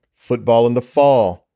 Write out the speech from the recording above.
football in the fall,